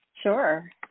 sure